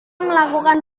melakukan